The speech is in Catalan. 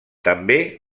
també